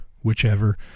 whichever